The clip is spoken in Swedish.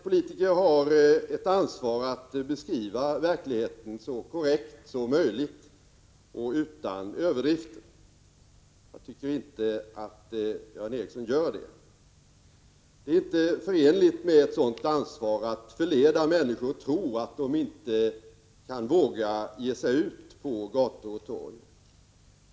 Politiker har ett ansvar att beskriva verkligheten så korrekt som möjligt och utan överdrifter. Jag tycker inte att Göran Ericsson gör det. Det är inte förenligt med ett sådant ansvar att förleda människor att tro att de inte vågar ge sig ut på gator och torg.